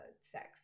sex